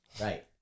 Right